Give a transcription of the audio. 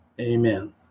Amen